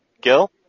Gil